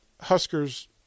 Husker's